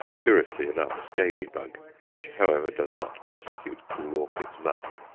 curiously enough, scaly-bug, which, however, does not persecute cool orchids much.